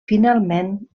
finalment